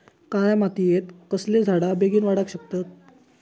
काळ्या मातयेत कसले झाडा बेगीन वाडाक शकतत?